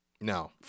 No